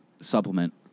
supplement